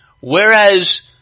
Whereas